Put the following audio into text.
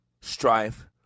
strife